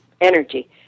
energy